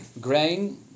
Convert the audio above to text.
grain